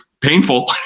painful